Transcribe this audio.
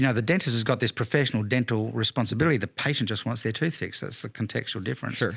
you know the dentist has got this professional dental responsibility. the patient just wants their tooth fixed. that's the contextual difference. sure.